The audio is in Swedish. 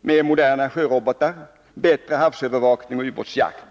med moderna sjörobotar samt en förbättring av havsövervakningen och ubåtsjakten.